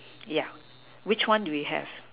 yeah which one do we have